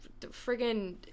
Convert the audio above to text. friggin